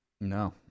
No